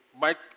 Mike